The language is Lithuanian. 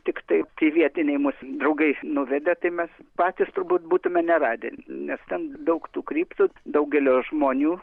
tiktai tie vietiniai mus draugai nuvedė tai mes patys turbūt būtume neradę nes ten daug tų kryptų daugelio žmonių